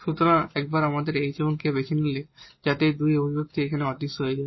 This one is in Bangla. সুতরাং একবার আমাদের h এবং k আমরা বেছে নিলে যাতে এই দুটি এক্সপ্রেসন এখানে অদৃশ্য হয়ে যায়